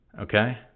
Okay